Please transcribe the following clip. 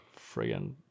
friggin